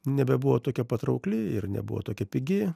nebebuvo tokia patraukli ir nebuvo tokia pigi